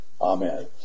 Amen